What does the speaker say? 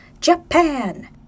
Japan